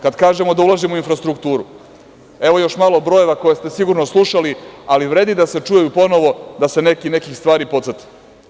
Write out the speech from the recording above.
Kada kažemo da ulažemo u infrastrukturu, evo još malo brojeva koje ste sigurno slušali, ali vredi da se čuje ponovo, da se neki nekih stvari podsete.